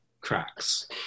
cracks